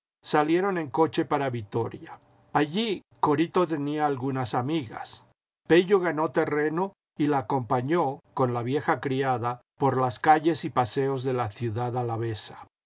salieron en coche para vitoria allí corito tenía algunas amigas pello ganó terreno y la acompañó con la vieja criada por las calles y paseos de la ciudad